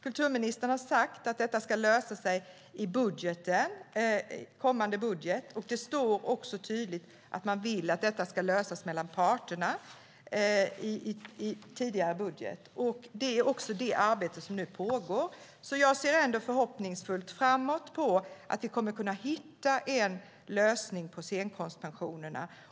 Kulturministern har sagt att detta ska lösas i kommande budget. Det står också tydligt i tidigare budget att man vill att detta ska lösas mellan parterna. Det är också det arbete som nu pågår, så jag ser ändå förhoppningsfullt fram emot att vi kommer att kunna hitta en lösning för scenkonstpensionerna.